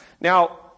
Now